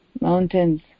mountains